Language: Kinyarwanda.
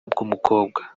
bw’umukobwa